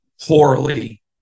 poorly